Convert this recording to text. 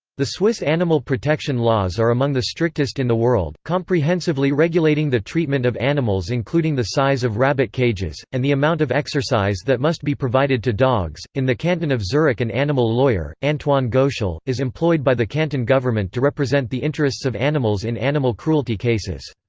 the swiss animal protection laws are among the strictest in the world, comprehensively regulating the treatment of animals including the size of rabbit cages, and the amount of exercise that must be provided to dogs in the canton of zurich an and animal lawyer, antoine goetschel, is employed by the canton government to represent the interests of animals in animal cruelty cases.